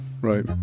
Right